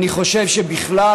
אני חושב שבכלל,